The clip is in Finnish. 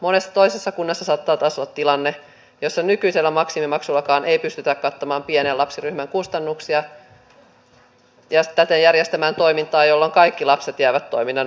monessa toisessa kunnassa saattaa taas olla tilanne jossa nykyisellä maksimimaksullakaan ei pystytä kattamaan pienen lapsiryhmän kustannuksia ja täten järjestämään toimintaa jolloin kaikki lapset jäävät toiminnan ulkopuolelle